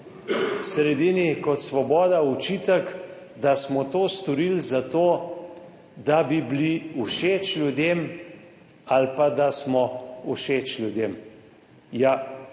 sredini kot Svoboda, očitek, da smo to storili zato, da bi bili všeč ljudem ali pa da smo všeč ljudem.